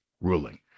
ruling